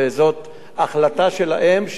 וזאת החלטה שלהם,